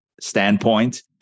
standpoint